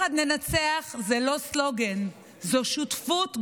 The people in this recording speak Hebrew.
"יחד ננצח" זה לא סלוגן, זו שותפות גורל.